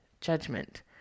judgment